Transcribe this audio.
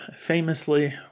famously